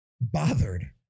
bothered